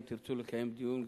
אם תרצו לקיים דיון,